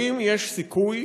האם יש סיכוי